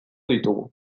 ditugu